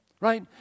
right